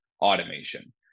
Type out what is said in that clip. automation